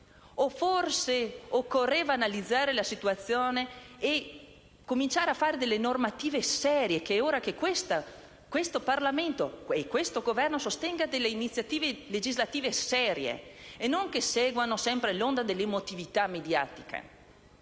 O forse occorreva analizzare la situazione e cominciare a fare normative serie? È ora che questo Parlamento e questo Governo sostengano delle iniziative legislative serie e non seguano sempre l'onda dell'emotività mediatica.